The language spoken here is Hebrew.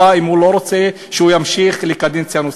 אם הוא לא רוצה שהוא ימשיך לקדנציה נוספת.